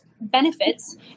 benefits